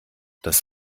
das